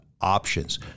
options